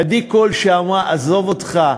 עדי קול, שאמרה: עזוב אותך,